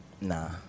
Nah